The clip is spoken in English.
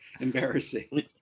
embarrassing